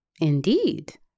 Indeed